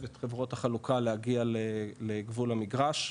את חברות החלוקה להגיע לגבול המגרש,